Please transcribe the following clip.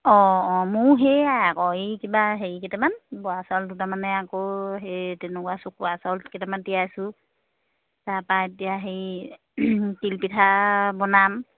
অঁ অঁ মোৰো সেয়াই আকৌ এই কিবা হেৰি কেইটামান বৰা চাউল দুটামানে আকৌ সেই তেনেকুৱা চকুৰা চাউল কেইটামান তিয়াইছোঁ তাৰাপৰা এতিয়া হেৰি তিলপিঠা বনাম